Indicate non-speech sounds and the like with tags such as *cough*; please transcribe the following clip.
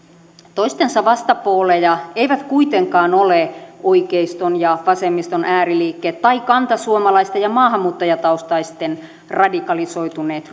toistensa vastapooleja eivät kuitenkaan ole oikeiston ja vasemmiston ääriliikkeet tai kantasuomalaisten ja maahanmuuttajataustaisten radikalisoituneet *unintelligible*